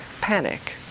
panic